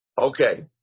Okay